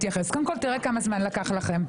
תראה כמה זמן לקח לכם,